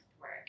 work